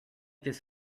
this